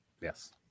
yes